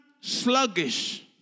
sluggish